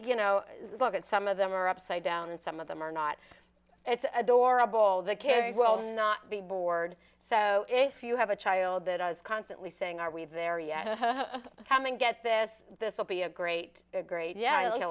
you know look at some of them are upside down and some of them are not it's adorable the kids will not be bored so if you have a child that i was constantly saying are we there yet to come and get this this will be a great great ye